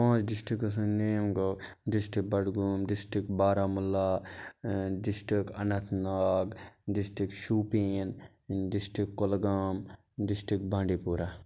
پانٛژھ ڈِسٹِکہ سُنٛد نیم گوٚو district Budgam district Baramulla district Anantnag district Shopian district Kulgam district بانڈی پورہ